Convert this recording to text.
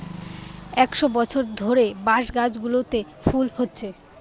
একশ বছর ধরে বাঁশ গাছগুলোতে ফুল হচ্ছে